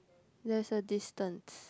there's a distance